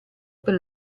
per